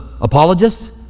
apologist